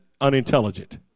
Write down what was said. unintelligent